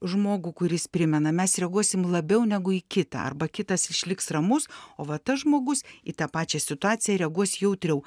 žmogų kuris primena mes reaguosim labiau negu į kitą arba kitas išliks ramus o va tas žmogus į tą pačią situaciją reaguos jautriau